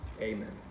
Amen